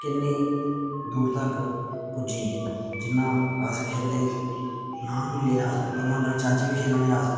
किन्नी दूर तक पुज्जी गे जि'यां अस खेलने नांऽ बी लेआ अस परमंडल च अज्ज बी खेलने अस